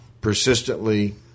persistently